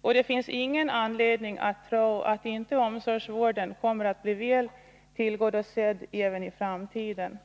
och det finns ingen anledning att tro att inte omsorgsvården kommer att bli väl tillgodosedd även framtiden.